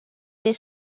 this